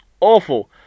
awful